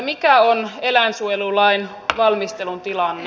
mikä on eläinsuojelulain valmistelun tilanne